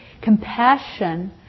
Compassion